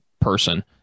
person